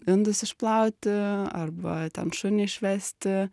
indus išplauti arba ten šunį išvesti